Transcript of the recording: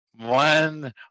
one